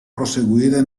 proseguire